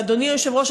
ואדוני היושב-ראש,